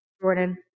Jordan